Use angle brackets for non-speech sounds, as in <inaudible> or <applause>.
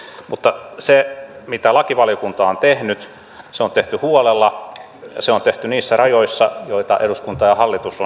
mutta se mitä lakivaliokunta on tehnyt on on tehty huolella se on tehty niissä rajoissa joita eduskunta ja hallitus <unintelligible>